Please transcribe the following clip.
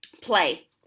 play